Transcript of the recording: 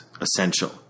essential